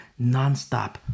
nonstop